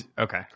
okay